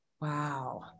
Wow